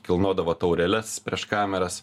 kilnodavo taureles prieš kameras